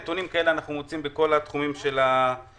נתונים כאלה אנחנו מוצאים בכל התחומים של הרפואה.